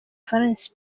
valens